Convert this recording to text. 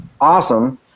awesome